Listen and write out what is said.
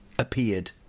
appeared